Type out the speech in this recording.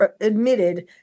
admitted